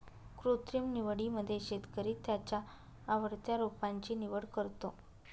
कृत्रिम निवडीमध्ये शेतकरी त्याच्या आवडत्या रोपांची निवड करतो